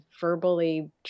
verbally